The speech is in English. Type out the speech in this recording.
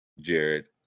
Jared